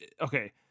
okay